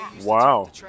Wow